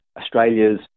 Australia's